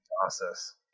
process